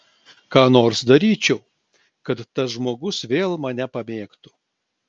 ką nors daryčiau kad tas žmogus vėl mane pamėgtų